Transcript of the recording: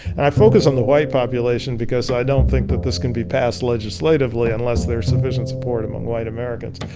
and i focus on the white population because i don't think that this can be passed legislatively unless there is sufficient support among white americans.